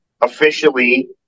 officially